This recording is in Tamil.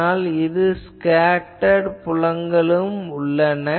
ஆனால் இங்கு ஸ்கேட்டர்டு புலங்களும் உள்ளன